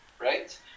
right